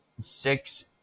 six